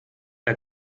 der